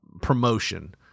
promotion